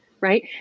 right